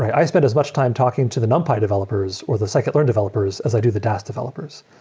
i spent as much time talking to the numpy developers or the scikit-learn developers as i do the dask developers.